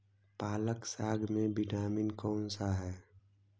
पालक साग में विटामिन कौन सा है?